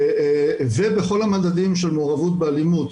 ובכל המדדים של מעורבות באלימות,